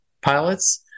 pilots